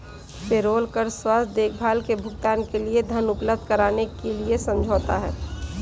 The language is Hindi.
पेरोल कर स्वास्थ्य देखभाल के भुगतान के लिए धन उपलब्ध कराने के लिए समझौता है